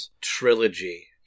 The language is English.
trilogy